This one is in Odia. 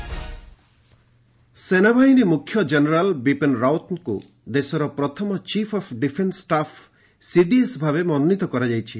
ସିଡିଏସ୍ ରାଓ୍ୱତ ସେନାବାହିନୀ ମୁଖ୍ୟ ଜେନେରାଲ୍ ବିପିନ୍ ରାଓ୍ୱତଙ୍କୁ ଦେଶର ପ୍ରଥମ chief of defence staff CDS ଭାବେ ମନୋନୀତ କରାଯାଇଛି